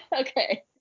Okay